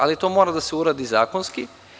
Ali, to mora da se uradi zakonski.